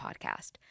Podcast